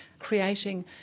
Creating